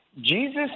Jesus